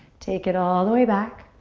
take it all the way back.